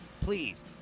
Please